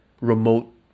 remote